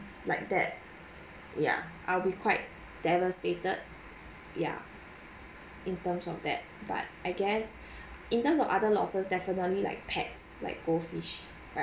like that yah I'll be quite devastated ya in terms of that but I guess in terms of other losses definitely like pets like goldfish